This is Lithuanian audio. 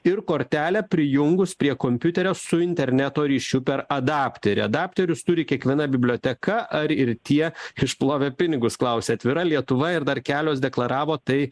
ir kortelę prijungus prie kompiuterio su interneto ryšiu per adapterį adapterius turi kiekviena biblioteka ar ir tie išplovė pinigus klausė atvira lietuva ir dar kelios deklaravo tai